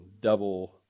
double